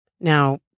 Now